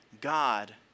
God